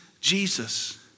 Jesus